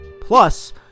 plus